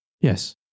Yes